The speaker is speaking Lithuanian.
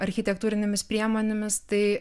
architektūrinėmis priemonėmis tai